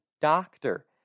doctor